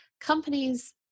companies